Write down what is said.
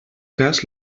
cas